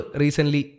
recently